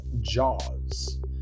Jaws